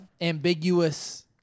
Ambiguous